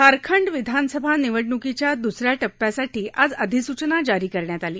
झारखंड विधानसभा निवडणूकीच्या दुस या टप्प्यासाठी आज आधिसूचना जारी करण्यात आली